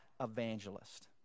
evangelist